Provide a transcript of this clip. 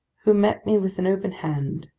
who met me with an open hand,